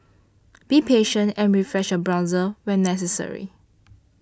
be patient and refresh your browser when necessary